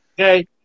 Okay